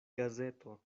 gazeto